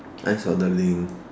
I saw the link